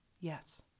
Yes